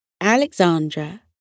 Alexandra